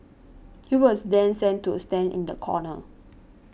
he was then sent to stand in the corner